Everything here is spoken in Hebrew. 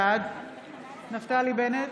בעד נפתלי בנט,